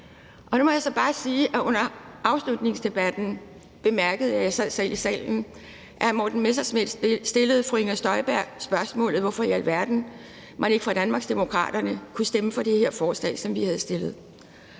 år. Nu må jeg så bare sige, at under afslutningsdebatten bemærkede jeg – jeg sad selv i salen – at hr. Morten Messerschmidt stillede fru Inger Støjberg et spørgsmål om, hvorfor i alverden man ikke fra Danmarksdemokraternes side kunne stemme for det her forslag, som vi havde fremsat.